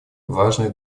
важное